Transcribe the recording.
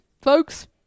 folks